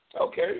Okay